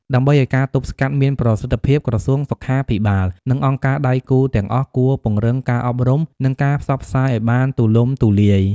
ដើម្បីឲ្យការទប់ស្កាត់មានប្រសិទ្ធភាព ក្រសួងសុខាភិបាល និងអង្គការដៃគូទាំងអស់គួរពង្រឹងការអប់រំ និងការផ្សព្វផ្សាយឲ្យបានទូលំទូលាយ។